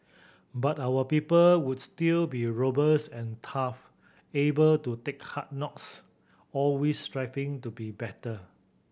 but our people would still be robust and tough able to take hard knocks always striving to be better